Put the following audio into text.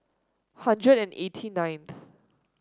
hundred and eighty ninth